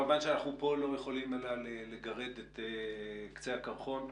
כמובן שאנחנו כאן לא יכולים אלא לגרד את קצה הקרחון.